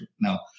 Now